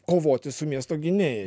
kovoti su miesto gynėjai